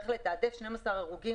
מדובר על 12 הרוגים,